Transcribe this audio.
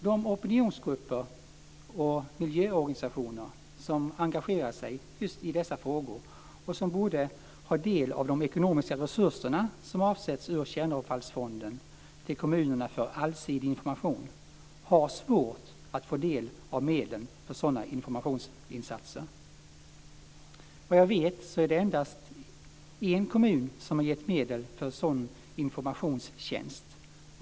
De opinionsgrupper och miljöorganisationer som engagerar sig just i dessa frågor och som borde ha del av de ekonomiska resurser som avsätts ur Kärnavfallsfonden till kommunerna för allsidig information har svårt att få del av medlen för sådana informationsinsatser. Vad jag vet är det endast en kommun som har gett medel för sådan informationstjänst.